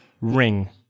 ring